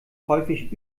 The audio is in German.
häufig